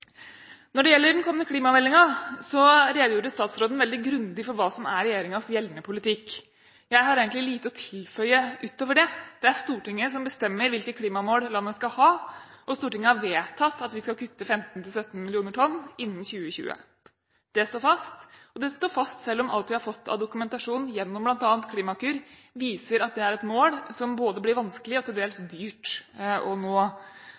Når det gjelder den kommende klimameldingen, så redegjorde statsråden veldig grundig for hva som er regjeringens gjeldende politikk. Jeg har egentlig lite å tilføye utover det. Det er Stortinget som bestemmer hvilke klimamål landet skal ha, og Stortinget har vedtatt at vi skal kutte 15–17 mill. tonn CO2-ekvivalenter innen 2020. Det står fast. Det står fast selv om alt vi har fått av dokumentasjon gjennom bl.a. Klimakur, viser at det er et mål som både blir vanskelig og til dels dyrt å nå.